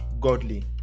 godly